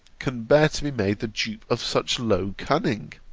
can bear to be made the dupe of such low cunning,